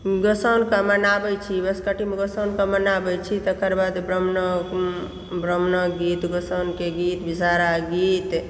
गोसाउनिके मनाबै छी बसकटीमे गोसॉंईंके मनाबै छी तकर बाद ब्राम्हणक ब्राम्हणक गीत गोसाउनिक गीत विषहरा गीत